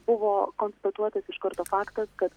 buvo konstatuotas iš karto faktas kad